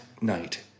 night